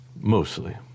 Mostly